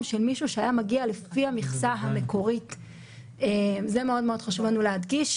זה היה מאוד פשוט לנו,